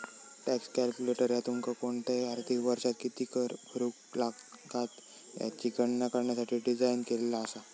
tax calculator ह्या तुमका कोणताही आर्थिक वर्षात किती कर भरुक लागात याची गणना करण्यासाठी डिझाइन केलेला असा